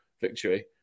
victory